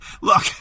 Look